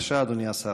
בבקשה, אדוני השר.